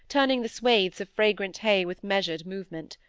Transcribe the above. turning the swathes of fragrant hay with measured movement.